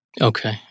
Okay